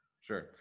Sure